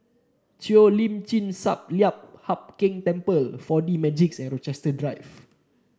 Cheo Lim Chin Sun Lian Hup Keng Temple Four D Magix and Rochester Drive